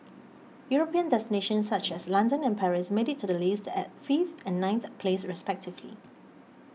European destinations such as London and Paris made it to the list at fifth and ninth place respectively